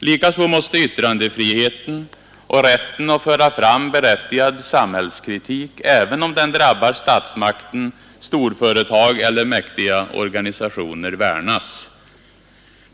Likaså måste yttrandefrihet och rätten att föra fram berättigad samhällskritik, även om den drabbar statsmakten, storföretag eller mäktiga organisationer, värnas.